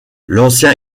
l’ancien